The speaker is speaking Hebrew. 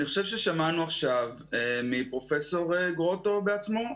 אני חושב ששמענו עכשיו מפרופ' גרוטו בעצמו,